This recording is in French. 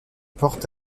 porte